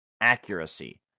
accuracy